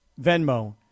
Venmo